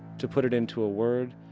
to put it into a word,